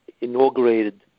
inaugurated